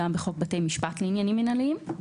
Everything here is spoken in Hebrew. גם בחוק בתי משפט לעניינים מינהליים.